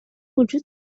وجود